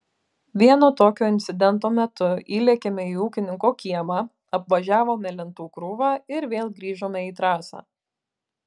vieno tokio incidento metu įlėkėme į ūkininko kiemą apvažiavome lentų krūvą ir vėl grįžome į trasą